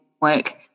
work